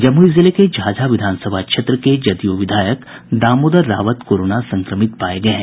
जमुई जिले के झाझा विधानसभा क्षेत्र के जदयू विधायक दामोदर रावत कोरोना संक्रमित पाये गये हैं